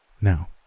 Now